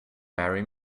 marry